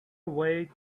away